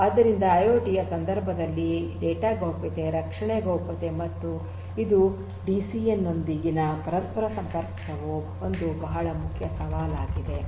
ಆದ್ದರಿಂದ ಐಐಒಟಿ ಯ ಸಂದರ್ಭದಲ್ಲಿ ಡೇಟಾ ಗೌಪ್ಯತೆ ರಕ್ಷಣೆಯ ಗೌಪ್ಯತೆ ಮತ್ತು ಇದು ಡಿಸಿಎನ್ ನೊಂದಿಗಿನ ಪರಸ್ಪರ ಸಂಪರ್ಕವು ಒಂದು ಪ್ರಮುಖ ಸವಾಲಾಗಿದೆ